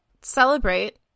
Celebrate